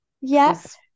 yes